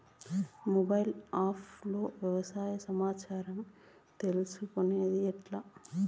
Mobile app లో వ్యవసాయ సమాచారం తీసుకొనేది ఎట్లా?